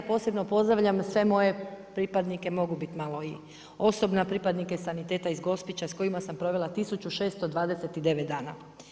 Posebno pozdravljam sve moje pripadnike mogu biti i malo osobna, pripadnike saniteta iz Gospića s kojima sam provela 1629 dana.